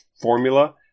formula